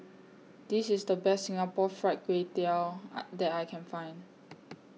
This IS The Best Singapore Fried Kway Tiao I that I Can Find